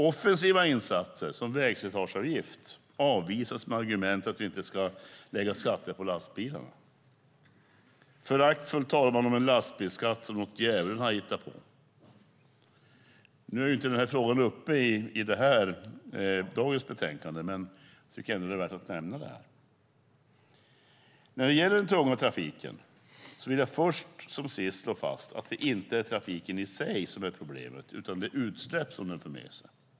Offensiva insatser som vägslitageavgift avvisas med argumentet att vi inte ska lägga skatter på lastbilarna. Föraktfullt talar man om en lastbilsskatt som något djävulen har hittat på. Nu är inte den frågan uppe i dagens betänkande, men jag tycker ändå att det är värt att nämna den. När det gäller den tunga trafiken vill jag först som sist slå fast att det inte är trafiken i sig som är problemet utan de utsläpp den för med sig.